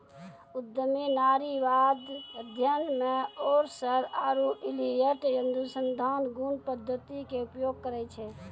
उद्यमी नारीवाद अध्ययन मे ओरसर आरु इलियट अनुसंधान गुण पद्धति के उपयोग करै छै